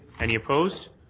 any opposed?